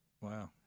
Wow